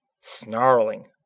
snarling